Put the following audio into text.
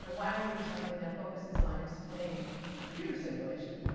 why don't we do something that focuses on explaining computer simulation.